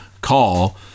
call